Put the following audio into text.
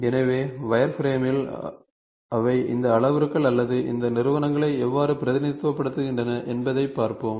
எனவே வயர்ஃப்ரேமில் அவை இந்த அளவுருக்கள் அல்லது இந்த நிறுவனங்களை எவ்வாறு பிரதிநிதித்துவப்படுத்துகின்றன என்பதைப் பார்ப்போம்